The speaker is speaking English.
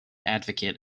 advocate